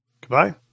Goodbye